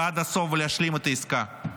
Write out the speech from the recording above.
ועד הסוף להשלים את העסקה.